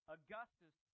Augustus